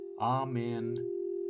Amen